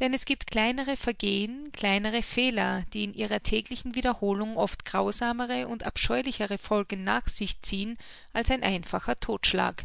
denn es gibt kleinere vergehen kleinere fehler die in ihrer täglichen wiederholung oft grausamere und abscheulichere folgen nach sich ziehen als ein einfacher todtschlag